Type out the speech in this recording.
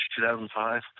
2005